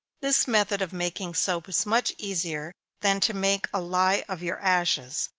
this method of making soap is much easier than to make a lye of your ashes,